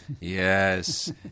yes